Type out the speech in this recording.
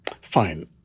fine